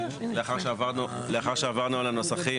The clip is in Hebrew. לאחר שעברנו על הנוסחים,